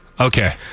Okay